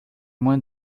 moins